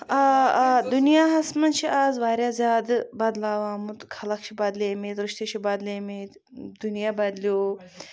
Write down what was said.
آ آ دُنیاہَس منٛز چھِ آز واریاہ زیادٕ بدلاو آمُت خَلَق چھِ بدلیمٕتۍ رِشتہٕ چھِ بدلیمٕتۍ دُنیاہ بدلیو